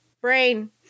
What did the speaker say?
brain